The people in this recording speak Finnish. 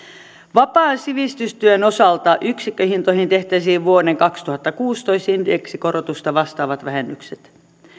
vapaan sivistystyön osalta yksikköhintoihin tehtäisiin vuoden kaksituhattakuusitoista indeksikorotusta vastaavat vähennykset